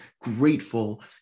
grateful